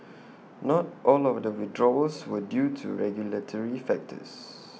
not all of the withdrawals were due to regulatory factors